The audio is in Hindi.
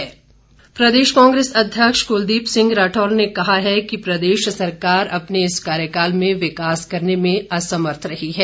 कांग्रेस प्रदेश कांग्रेस अध्यक्ष कुलदीप सिंह राठौर ने कहा है कि प्रदेश सरकार अपनी इस कार्यकाल में विकास करने में असमर्थ रही है